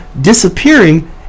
disappearing